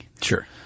Sure